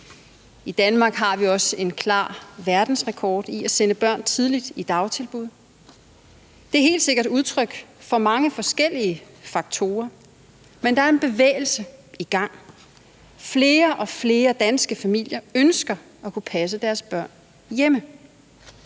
I Danmark har vi også en klar verdensrekord i at sende børn tidligt i dagtilbud. Det er helt sikkert udtryk for mange forskellige faktorer, men der er en bevægelse i gang: Flere og flere danske familier ønsker at kunne passe deres børn hjemme.